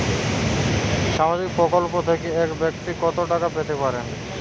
সামাজিক প্রকল্প থেকে এক ব্যাক্তি কত টাকা পেতে পারেন?